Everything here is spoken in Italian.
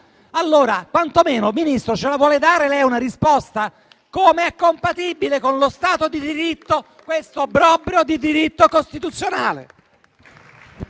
Allora quantomeno, Ministro, ce la vuole dare lei una risposta? Com'è compatibile con lo Stato di diritto quest'obbrobrio di diritto costituzionale?